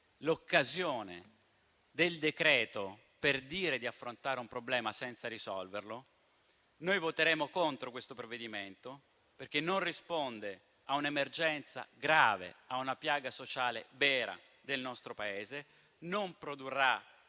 l'occasione del decreto-legge per dire di affrontare un problema senza risolverlo, noi voteremo contro questo provvedimento che non risponde a un'emergenza grave, a una piaga sociale vera del nostro Paese e non produrrà